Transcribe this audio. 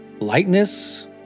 lightness